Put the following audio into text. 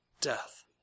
death